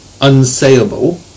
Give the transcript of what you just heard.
unsayable